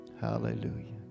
Hallelujah